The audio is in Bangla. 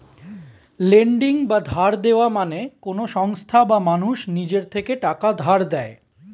লেন্ডিং বা ধার দেওয়া মানে কোন সংস্থা বা মানুষ নিজের থেকে টাকা ধার দেয়